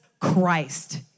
Christ